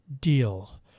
deal